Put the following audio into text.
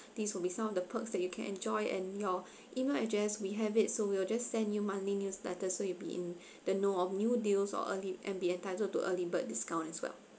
these will be some of the perks that you can enjoy and your email address we have it so we'll just send you monthly newsletter so you'll be in the know of new deals or early and be entitled to early bird discount as well